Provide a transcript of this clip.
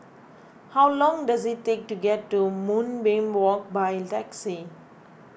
how long does it take to get to Moonbeam Walk by taxi